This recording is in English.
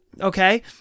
Okay